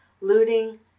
Looting